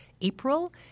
April